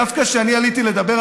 דווקא כשאני עליתי לדבר,